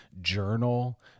journal